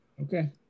Okay